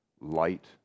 light